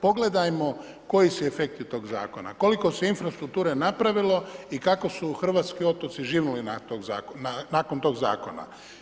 Pogledajmo koji su efekti tog zakona, koliko se infrastrukture napravilo i kako su hrvatski otoci živnuli nakon tog zakona.